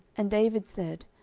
and david said,